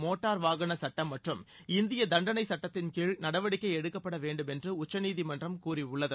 motor வாகனச் சுட்டம் மற்றும் இந்திய தண்டனைச் சட்டத்தின்கீழ் நடவடிக்கை எடுக்கப்பட வேண்டும் என்று உச்சநீதிமன்றம் கூறியுள்ளது